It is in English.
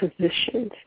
positions